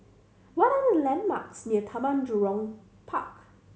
what are the landmarks near Taman Jurong Park